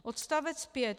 Odstavec 5.